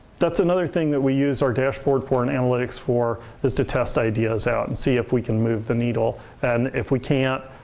that's another thing that we use our dashboard for in analytics. is to test ideas out, and see if we can move the needle and if we can't,